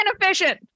inefficient